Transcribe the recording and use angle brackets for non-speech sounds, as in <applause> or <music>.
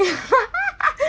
<laughs>